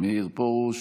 מאיר פרוש